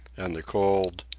and the cold,